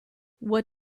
what